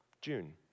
June